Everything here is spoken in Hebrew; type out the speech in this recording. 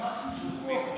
שמחתי שהוא פה.